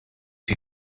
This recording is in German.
sie